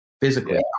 physically